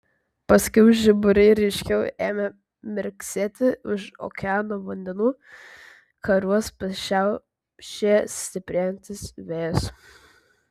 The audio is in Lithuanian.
paskiau žiburiai ryškiau ėmė mirksėti už okeano vandenų kariuos pašiaušė stiprėjantis vėjas